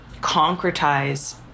concretize